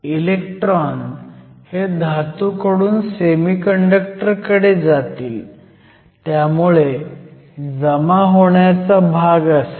electron हे धातूकडून semiconductor कडे जातील त्यामुळे जमा होण्याचा भाग असेल